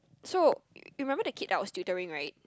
so you remember the kid I was tutoring right